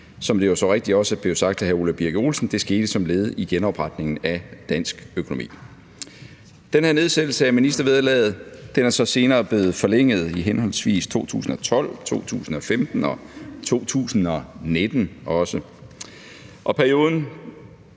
som det jo så rigtigt også er blevet sagt af hr. Ole Birk Olesen, som led i genopretningen af dansk økonomi. Den her nedsættelse af ministervederlaget er så senere blevet forlænget i henholdsvis 2012, 2015 og også i 2019, og perioden